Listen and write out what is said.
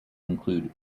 included